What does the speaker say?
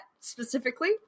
specifically